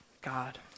God